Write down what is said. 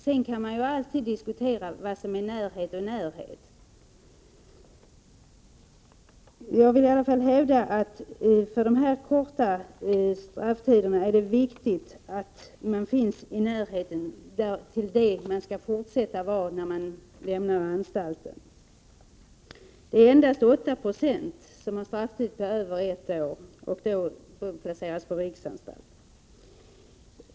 Det kan ju alltid diskuteras vad som är närhet, men jag vill ändå hävda att för dem som har korta strafftider är det viktigt att finnas i den miljö de skall fortsätta att vara i när de lämnar anstalten. Endast 8 Ze har strafftider över ett år, och då placeras man på riksanstalt.